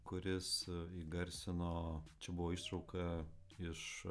kuris įgarsino čia buvo ištrauka iš